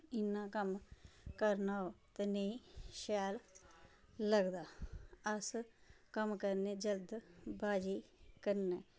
इयां कम्म करना ते नेंई शैल लगदा अस कम्म करने जल्ज बाजी करनी